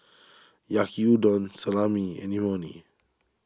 Yaki Udon Salami and Imoni